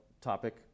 topic